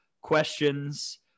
questions